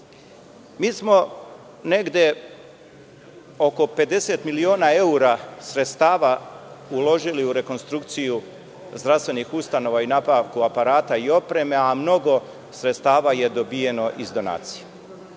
smo negde oko 50 miliona evra sredstava uložili u rekonstrukciju zdravstvenih ustanova i nabavku aparata i opreme, a mnogo sredstava je dobijeno iz donacije. Nikada